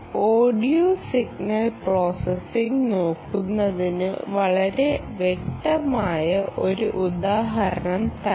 audio signal processing നോക്കുന്നതിന് വളരെ വ്യക്തമായ ഒരു ഉദാഹരണം തരാം